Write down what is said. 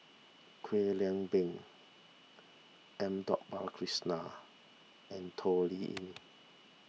Kwek Leng Beng M Dot Balakrishnan and Toh Liying